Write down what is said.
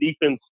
defense